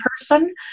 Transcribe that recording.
person